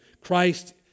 Christ